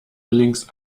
links